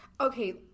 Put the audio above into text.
Okay